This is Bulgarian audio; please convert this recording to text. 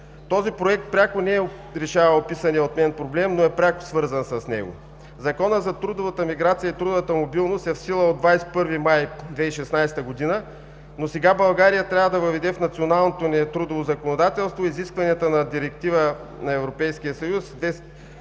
Този проект пряко не решава описания от мен проблем, но е пряко свързан с него. Законът за трудовата миграция и трудовата мобилност е в сила от 21 май 2016 г., но сега България трябва да въведе в националното ни трудово законодателство изискванията на Директива (ЕС) №